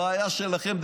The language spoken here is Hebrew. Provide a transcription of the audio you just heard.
הבעיה שלכם,